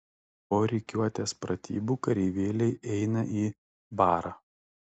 po rikiuotės pratybų kareivėliai eina į barą